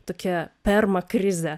tokia perma krize